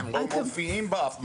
הם לא מופיעים באף מקום.